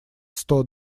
сто